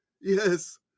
Yes